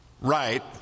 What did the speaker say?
right